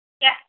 Yes